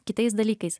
kitais dalykais